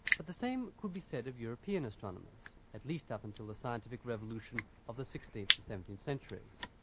but the same could be said of european astronomers, at least up until the scientific revolution of the sixteenth and seventeenth centuries.